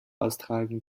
austragen